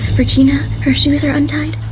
regina, her shoes are untied.